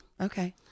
Okay